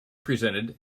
presented